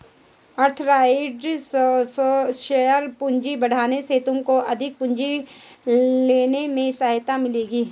authorised share पूंजी बढ़ाने से तुमको अधिक पूंजी लाने में सहायता मिलेगी